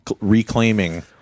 reclaiming